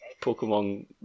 Pokemon